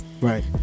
Right